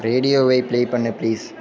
ரேடியோவை ப்ளே பண்ணு ப்ளீஸ்